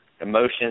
emotions